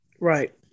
Right